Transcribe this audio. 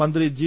മന്ത്രി ജി